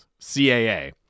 CAA